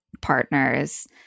partners